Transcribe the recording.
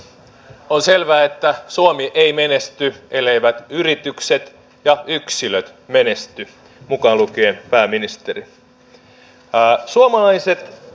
on selvää että suomi ei menesty elleivät yritykset ja yksilöt menesty mukaan lukien pääministeri